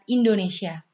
Indonesia